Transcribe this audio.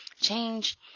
change